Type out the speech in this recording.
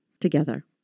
together